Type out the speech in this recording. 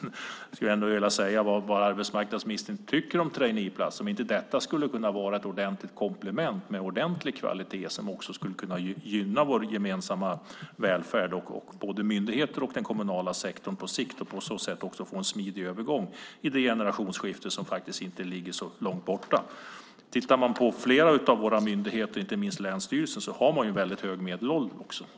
Men jag skulle ändå gärna vilja höra vad arbetsmarknadsministern tycker om traineeplatser, om inte detta skulle kunna vara ett ordentligt komplement med ordentlig kvalitet som skulle kunna gynna vår gemensamma välfärd i både myndigheter och den kommunala sektorn på sikt. På så sätt skulle man också få en smidig övergång i det generationsskifte som faktiskt inte ligger så långt bort. I flera av våra myndigheter, inte minst länsstyrelserna, har man väldigt hög medelålder.